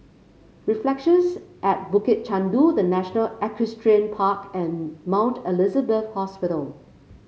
Reflections at Bukit Chandu The National Equestrian Park and Mount Elizabeth Hospital